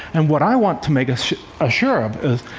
and what i want to make sure ah sure of is,